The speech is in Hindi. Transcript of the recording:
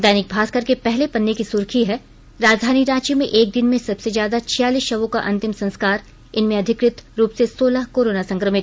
दैनिक भास्कर के पहले पन्ने की सुर्खी है राजधानी रांची में एक दिन में सबसे ज्यादा छियालीस शवों का अंतिम संस्कार इनमें अधिकृत रूप से सोलह कोरोना संक्रमित